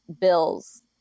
bills